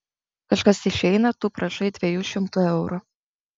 kažkas išeina tu prašai dviejų šimtų eurų